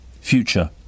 future